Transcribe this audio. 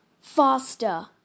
faster